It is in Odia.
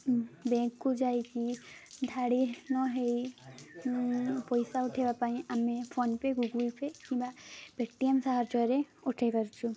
ବ୍ୟାଙ୍କକୁ ଯାଇକି ଧାଡ଼ି ନ ହେଇ ପଇସା ଉଠାଇବା ପାଇଁ ଆମେ ଫୋନପେ ଗୁଗୁଲପେ କିମ୍ବା ପେଟିଏମ୍ ସାହାଯ୍ୟରେ ଉଠାଇ ପାରୁଛୁ